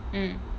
mm